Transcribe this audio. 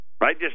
right